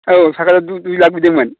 औ सारआ दुइ लाख बिदोंमोन